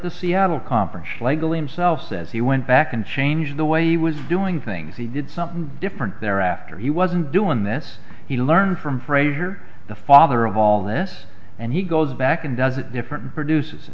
the seattle conference schlegel him self says he went back and changed the way he was doing things he did something different thereafter he wasn't doing this he learned from frazier the father of all this and he goes back and does a different producers